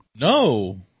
No